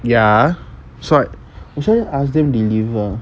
ya so or should I ask them deliver